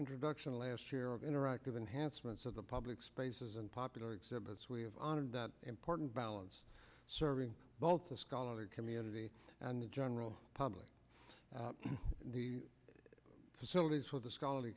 introduction last year of interactive enhancements of the public spaces and popular exhibits we have honored that important balance serving both the scholar community and the general public the facilities for the scholarly